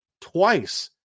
twice